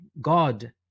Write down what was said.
God